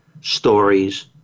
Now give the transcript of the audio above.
stories